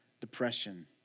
depression